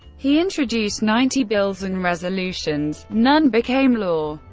he introduced ninety bills and resolutions none became law.